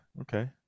okay